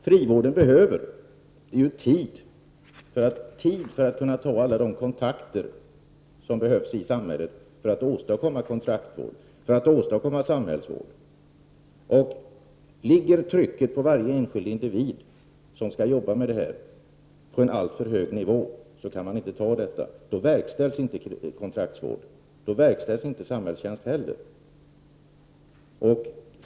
Frivården behöver tid för att ta alla de kontakter i samhället som behövs för att åstadkomma kontraktsvård och samhällsvård. Om trycket på de individer som skall arbeta med detta ligger på en alltför hög nivå, då lyckas de inte. Det medför att kontraktsvården och samhällstjänsten inte verkställs.